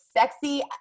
sexy